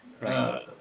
right